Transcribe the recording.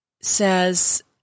says